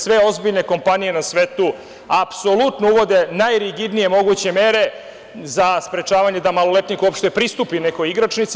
Sve ozbiljne kompanije na svetu apsolutno uvode najrigidnije moguće mere za sprečavanja da maloletnik uopšte pristupi nekoj igračnici.